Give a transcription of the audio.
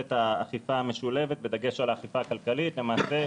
את האכיפה המשולבת בדגש על האכיפה הכלכלית למעשה,